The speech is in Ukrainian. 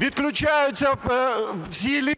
Відключаються всі …